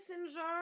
messenger